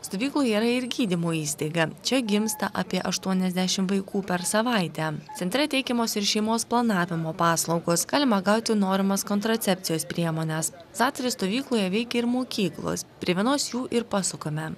stovykloje yra ir gydymo įstaiga čia gimsta apie aštuoniasdešimt vaikų per savaitę centre teikiamos ir šeimos planavimo paslaugos galima gauti norimas kontracepcijos priemones zatari stovykloje veikia ir mokyklos prie vienos jų ir pasukame